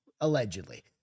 allegedly